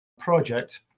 project